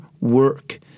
work